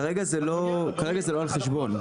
כרגע זה לא על חשבון,